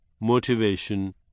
motivation